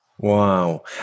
Wow